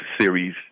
series